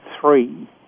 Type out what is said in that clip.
three